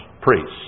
priests